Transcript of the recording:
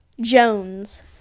Jones